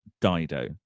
Dido